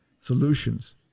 solutions